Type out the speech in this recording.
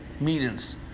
meetings